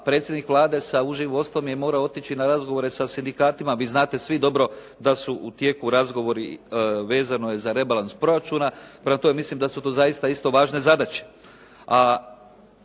predsjednik Vlade sa užim vodstvom je morao otići na razgovore sa sindikatima. Vi znate svi dobro da su u tijeku razgovori i vezano je za rebalans proračuna. Prema tome, mislim da su to isto važne zadaće.